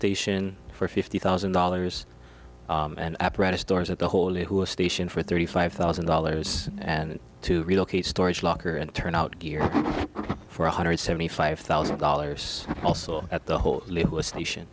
station for fifty thousand dollars and apparatus stores at the holy who are station for thirty five thousand dollars and to relocate storage locker and turn out gear for one hundred seventy five thousand dollars also at the whole little station